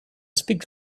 speaks